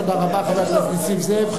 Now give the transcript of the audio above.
תודה רבה, חבר הכנסת נסים זאב.